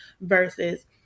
versus